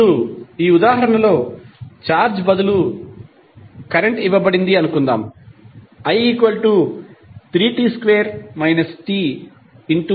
ఇప్పుడుఈ ఉదాహరణలో చార్జ్ బదులు గా కరెంట్ ఇవ్వబడింది అనుకుందాం i3t2 tA